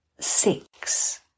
six